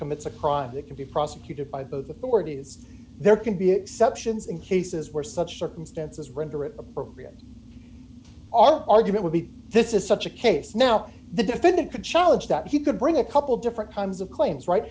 commits a crime that can be prosecuted by both authorities there can be exceptions in cases where such circumstances render it appropriate our argument would be this is such a case now the defendant could challenge that he could bring a couple different kinds of claims right